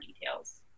details